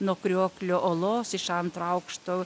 nuo krioklio olos iš antro aukšto